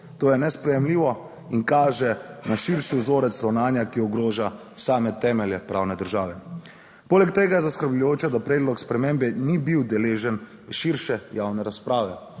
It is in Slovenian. To je nesprejemljivo in kaže na širši vzorec ravnanja, ki ogroža same temelje pravne države. Poleg tega je zaskrbljujoče, da predlog spremembe ni bil deležen širše javne razprave.